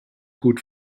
gut